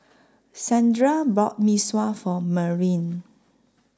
Sandra bought Mee Sua For Merlyn